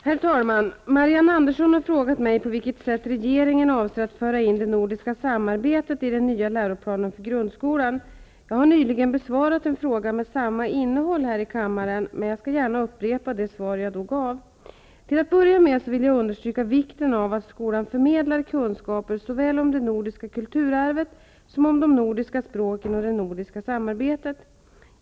Herr talman! Marianne Andersson har frågat mig på vilket sätt regeringen avser att föra in det nor diska samarbetet i den nya läroplanen för grund skolan. Jag har nyligen besvarat en fråga med samma in nehåll här i kammaren, men jag skall gärna upp repa det svar jag då gav. Till att börja med vill jag understryka vikten av att skolan förmedlar kunskaper såväl om det nordiska kulturarvet som om de nordiska språken och det nordiska samarbetet.